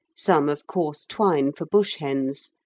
some of coarse twine for bush-hens,